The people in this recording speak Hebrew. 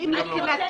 אתה איש מקצוע,